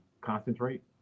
concentrate